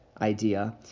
idea